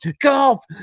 golf